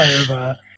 over